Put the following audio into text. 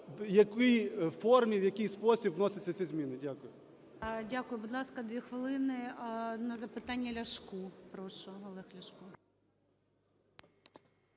в якій формі, в який спосіб вносяться ці зміни. Дякую. ГОЛОВУЮЧИЙ. Дякую. Будь ласка, дві хвилини на запитання Ляшку. Прошу, Олег Ляшко.